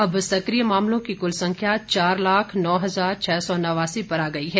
अब सक्रिय मामलों की कुल संख्या चार लाख नौ हजार छह सौ नवासी पर आ गई है